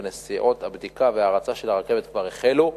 ונסיעות הבדיקה וההרצה של הרכבת כבר החלו,